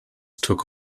took